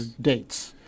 dates